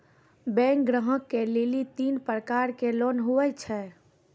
Bank ग्राहक के लेली तीन प्रकर के लोन हुए छै?